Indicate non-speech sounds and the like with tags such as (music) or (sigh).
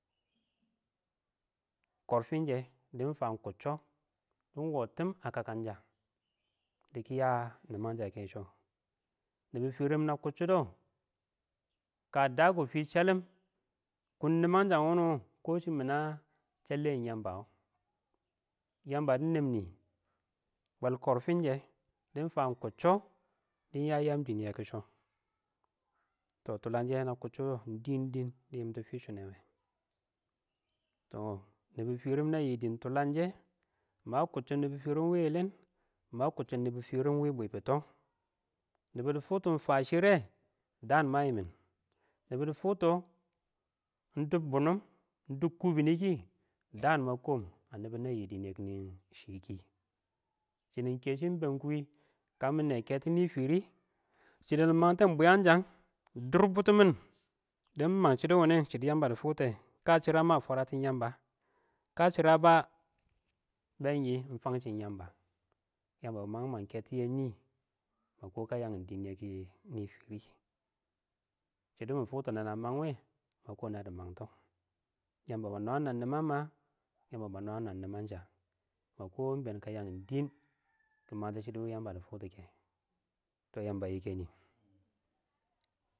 Kɔrfin shɛ dɪ ɪng fan ɪng kotchɔ dɪ ɪng wo tɪm a kakasha diki ya niman sha yeki sho. nɪbɪ firim na kutchibɔ kə daa kʊ fan shellim kum nimang shang wuni wo, kʊ shɪ mɪna sha leem yamba wo, yamba wo dɪ neenin boi korfin shɛ dɪ nɪ fan kʊccʊ nɪ ya yaam dɪn yɛ kɪ sho, tɔ tʊləgshɪ nə kʊcchʊbɔ nɪbɔ ɪng dɪɪn ɪng dɪn dɪ yɪmtʊ fɪ shʊnɛnɛ tɔɔh nɪbɪ fɪrɪm ɪng nəyɪ dɪn tulang shɛ ma kutchim ɪng nɪbɪ fɪrɪm wɪɪn yɪlɪn ɪng mə kʊcchʊn nɪbɪ fɪrɪm wɪ bwɛbʊtʊ nɪbʊ ɪng fʊktʊ ɪng fə shɪr yɛ dəən ɪng mə yɪmɪ nɪ bʊ dɪ fʊktɔ (noise) ɪng dʊb bonumɪng dʊb kʊbɪnɪ yɛ daan ma koom a nɪbʊl nə yɪ dɪn yə kɪnɪ shɪ shinin keshɪ ɪng bang kuwɪ kamɪ nɛ keto nifiri (noise) shɪdo dɪ ɪng məngtɔ ɪng bwɛnsən dʊr bʊtʊmɪn dɪn ɪng məng sɪdʊ wʊnʊ sɪdɪ yəmbə dɪ fʊktɔ kə ɪng sərə ɪng fwərətɪn ɪng yəmbə kə ə sɪrəbə bɛn yɪ fang shɪm yamba. yamba ba manghim keto yɛ nɪ ma kʊ kə yangin dɪɪn yɛ kɪ nifiri, shɪdo mɪ folkɔ nana məng a mang wɛ, ma kwən dɪ mangtɔ yamba ba nwam-nwam nimamə, yəmbə ba nwə-nwə nɪmənshə mə kɔɔm ɪng bɛɛn kə (noise) yəng dɪɪn kɪ məngtɪ shɪ dɪ yəmbə dɪ fʊktʊ kɛ tɔh yəmbə ə yɪkɛnɪ.